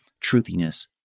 truthiness